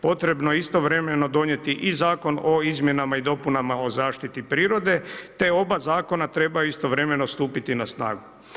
Potrebni je istovremeno donijeti i Zakon o izmjenama i dopunama o zaštiti prirode, te oba zakona trebaju istovremeno stupiti na snagu.